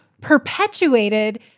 perpetuated